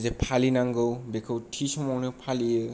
जे फालिनांगौ बेखौ थि समावनो फालियो